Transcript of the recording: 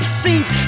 scenes